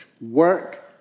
Work